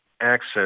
access